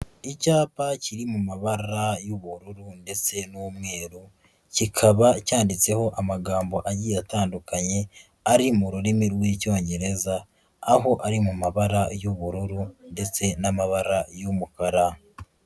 Icyapa kiri mu mabara y'ubururu ndetse n'umweru, kikaba cyanditseho amagambo agiye atandukanye ari mu rurimi rw'Icyongereza, aho ari mu mabara y'ubururu ndetse n'amabara y'umukara.